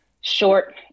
short